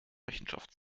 rechenschaft